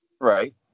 Right